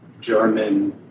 German